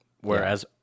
whereas